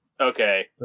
okay